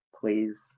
please